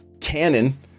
Canon